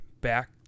back